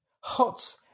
Hot